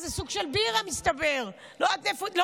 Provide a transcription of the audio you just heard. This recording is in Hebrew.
זה סוג של בירה, מסתבר, לא משנה.